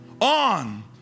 on